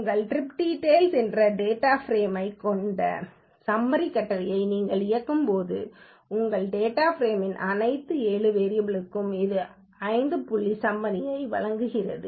உங்கள் trip details என்ற data frame ஐ கொண்ட ஸம்மரி கட்டளையை நீங்கள் இயக்கும்போது உங்கள் டேட்டா ப்ரேமின் அனைத்து 7 வேரியபல் களுக்கும் இது ஐந்து புள்ளி ஸம்மரித்தை வழங்கும்